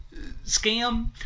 scam